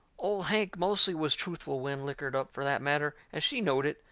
old hank mostly was truthful when lickered up, fur that matter, and she knowed it,